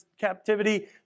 captivity